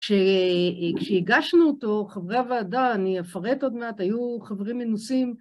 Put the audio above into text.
כשהגשנו אותו, חברי הוועדה, אני אפרט עוד מעט, היו חברים מנוסים